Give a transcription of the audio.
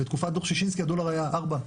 בתקופת דו"ח שישינסקי הדולר היה 4,